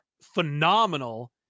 phenomenal